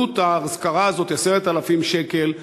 עלות האזכרה הזאת היא 10,000 שקל,